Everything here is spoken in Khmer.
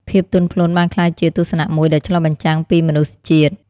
ភាពទន់ភ្លន់បានក្លាយជាទស្សនៈមួយដែលឆ្លុះបញ្ចាំងពីមនុស្សជាតិ។